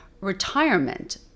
retirement